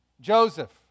Joseph